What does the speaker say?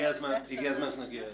הגיע הזמן שנגיע לזה.